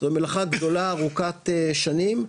זו מלאכה גדולה ארוכת שנים,